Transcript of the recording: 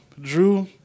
Drew